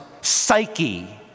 psyche